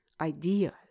ideas